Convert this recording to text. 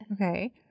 Okay